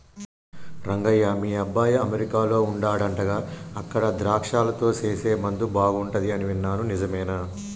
రంగయ్య మీ అబ్బాయి అమెరికాలో వుండాడంటగా అక్కడ ద్రాక్షలతో సేసే ముందు బాగుంటది అని విన్నాను నిజమేనా